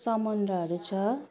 समुद्रहरू छ